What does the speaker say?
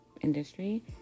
industry